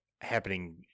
happening